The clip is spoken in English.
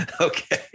Okay